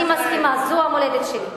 אני מסכימה, זו המולדת שלי.